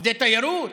עובדי תיירות,